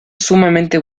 sumamente